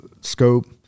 scope